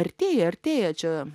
artėja artėja čia